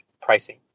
pricing